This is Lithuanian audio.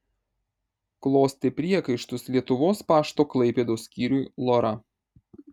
klostė priekaištus lietuvos pašto klaipėdos skyriui lora